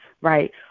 right